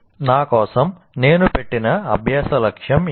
నా కోసం నేను పెట్టిన అభ్యాస లక్ష్యం ఏమిటి